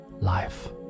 life